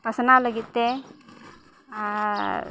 ᱯᱟᱥᱱᱟᱣ ᱞᱟᱹᱜᱤᱫᱛᱮ ᱟᱨ